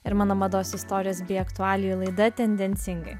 ir mano mados istorijos bei aktualijų laida tendencingai